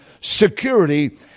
security